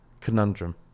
conundrum